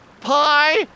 pie